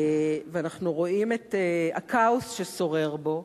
ואנחנו רואים את הכאוס ששורר בו,